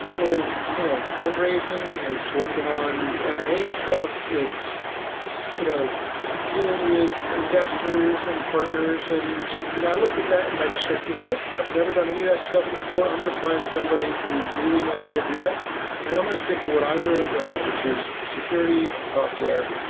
is you know it's fundraising, it's working on um mna stuff. it's you know dealing with investors and partners and you know i looked at that and i just said, you know what? i've never done any of that stuff before. i'm going to find somebody who really knows how to do that and i'm going to stick to what i'm really good at, which is security and software,